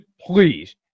please